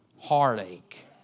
heartache